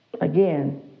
Again